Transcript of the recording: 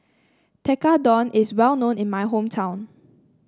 tekkadon is well known in my hometown